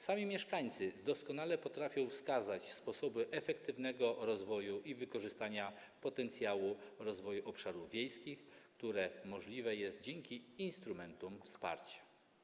Sami mieszkańcy doskonale potrafią wskazać sposoby efektywnego rozwoju i wykorzystania potencjału rozwoju obszarów wiejskich, co możliwe jest dzięki instrumentom wsparcia.